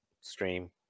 stream